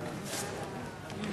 הסדרת העיסוק במקצועות הבריאות (תיקון)